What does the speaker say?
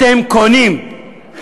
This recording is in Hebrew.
אתם קונים.